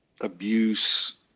abuse